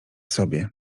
sobie